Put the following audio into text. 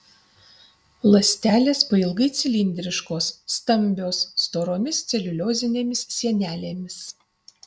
ląstelės pailgai cilindriškos stambios storomis celiuliozinėmis sienelėmis